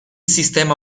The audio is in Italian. sistema